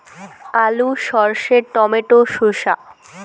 আলু সর্ষে টমেটো শসা